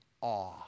awe